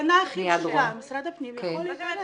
משרד הפנים יכול להתערב.